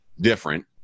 different